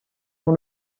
dans